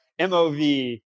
MOV